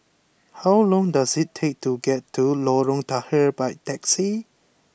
how long does it take to get to Lorong Tahar by taxi